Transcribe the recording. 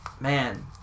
man